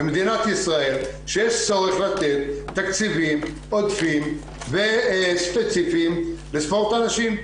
ומדינת ישראל שיש צורך לתת תקציבים עודפים וספציפיים לספורט הנשים.